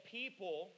people